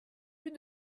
plus